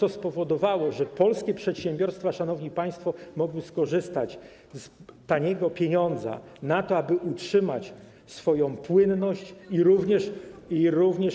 To spowodowało, że polskie przedsiębiorstwa, szanowni państwo, mogły skorzystać z taniego pieniądza, aby utrzymać swoją płynność i utrzymać również.